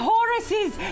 Horace's